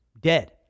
Dead